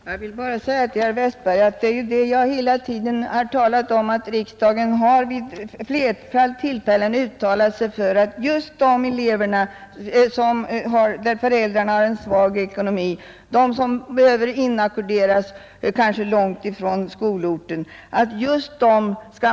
Herr talman! Jag vill bara säga till herr Westberg i Ljusdal att jag hela tiden framhållit att riksdagen vid flerfaldiga tillfällen har uttalat sig för att just elever, vilkas föräldrar har en svag ekonomi och som behöver inackorderas, kanske långt ifrån skolorten, skall stödjas.